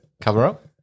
cover-up